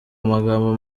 amagambo